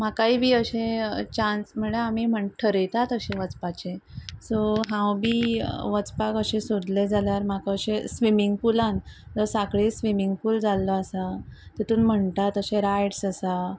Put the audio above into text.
म्हाकाय बी अशे चान्स म्हणल्यार आमी म्हण थरयतात अशें वचपाचे सो हांव बी वचपाक अशें सोदलें जाल्यार म्हाका अशे स्विमींग पूलान जो साकळे स्विमींग पूल जाल्लो आसा तितून म्हणटात अशे रायड्स आसा